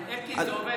אלקין, זה עובד